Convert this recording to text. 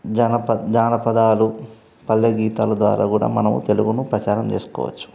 జనపద జానపదాలు పల్లెగీతాల ద్వారా కూడా మనం తెలుగును ప్రచారం చేసుకోవచ్చు